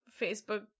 Facebook